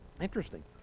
Interesting